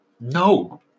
No